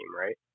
right